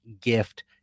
gift